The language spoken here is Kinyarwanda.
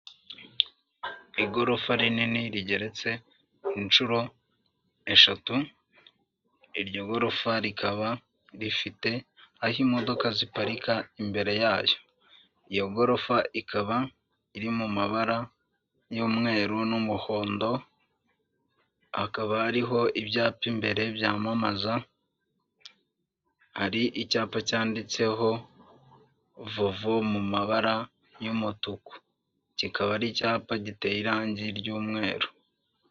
Igorofa rinini rigeretse inshuro eshatu, iryo gorofa rikaba rifite aho imodoka ziparika imbere yayo, iyo gorofa ikaba iri mu mabara y'umweru n'umuhondo, hakaba hariho ibyapa imbere byamamaza, hari icyapa cyanditseho vovo mu mabara y'umutuku, kikaba ari icyapa giteye irangi ry'umweru.